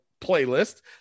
playlist